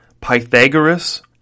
Pythagoras